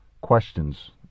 questions